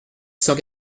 cent